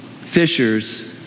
fishers